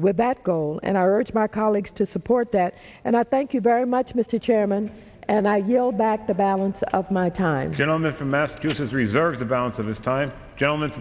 with that goal and i urge my colleagues to support that and i thank you very much mr chairman and i yield back the balance of my time gentleman from massachusetts reserve the balance of this time gentleman